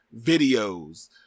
videos